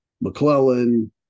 mcclellan